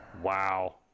Wow